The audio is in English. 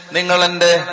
Ningalande